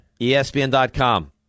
ESPN.com